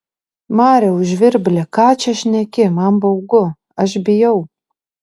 mariau žvirbli ką čia šneki man baugu aš bijau